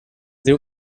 diu